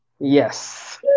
Yes